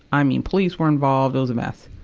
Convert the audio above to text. i mean, police were involved. it was a mess.